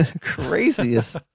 craziest